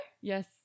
Yes